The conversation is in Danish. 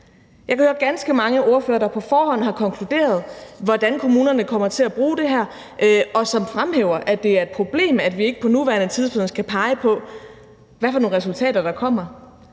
Jeg hørte ganske mange ordførere, der på forhånd har konkluderet, hvordan kommunerne kommer til at bruge det her, og som fremhæver, at det er et problem, at vi ikke på nuværende tidspunkt skal pege på, hvilke resultater der kommer,